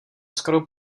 skoro